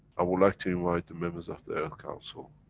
i would like to invite the members of the earth council.